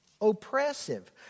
oppressive